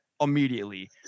immediately